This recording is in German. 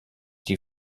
die